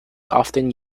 often